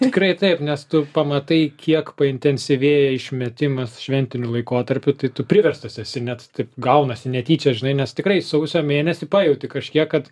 tikrai taip nes tu pamatai kiek paintensyvėja išmetimas šventiniu laikotarpiu tai tu priverstas esi net taip gaunasi netyčia žinai nes tikrai sausio mėnesį pajauti kažkiek kad